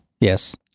Yes